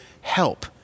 help